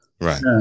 Right